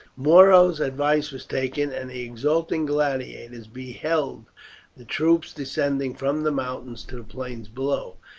muro's advice was taken, and the exulting gladiators beheld the troops descending from the mountains to the plains below.